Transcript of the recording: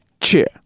cheer